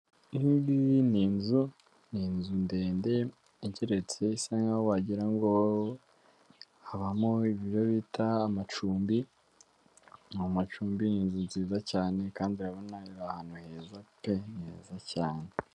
Iyi ngiyi ni inzu ni inzu ndende igeretse isa nkaho wagira ngo habamo ibyo bita amacumbi, na macumbi inzu nziza cyane kandi urabona ira ahantu heza pe! Ni heza cyane.